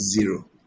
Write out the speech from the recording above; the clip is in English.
zero